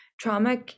trauma